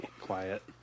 Quiet